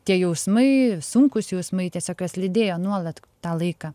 tie jausmai sunkūs jausmai tiesiog juos lydėjo nuolat tą laiką